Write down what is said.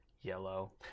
yellow